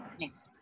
next